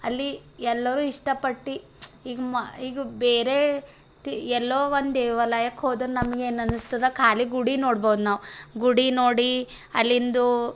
ಅಲ್ಲಿ ಎಲ್ಲರೂ ಇಷ್ಟಪಟ್ಟು ಈಗ ಮ ಈಗ ಬೇರೆ ತಿ ಎಲ್ಲೋ ಒಂದು ದೇವಾಲಯಕ್ಕೆ ಹೋದರೆ ನಮಗೆ ಏನು ಅನ್ನಿಸ್ತದ ಖಾಲಿ ಗುಡಿ ನೋಡಬಹುದು ನಾವು ಗುಡಿ ನೋಡಿ ಅಲ್ಲಿಂದು